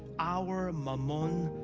our mammon,